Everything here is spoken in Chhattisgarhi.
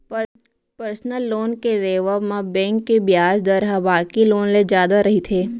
परसनल लोन के लेवब म बेंक के बियाज दर ह बाकी लोन ले जादा रहिथे